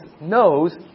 knows